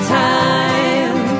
time